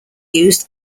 used